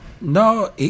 No